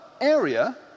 area